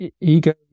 ego